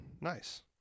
nice